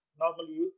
normally